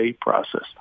process